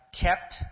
kept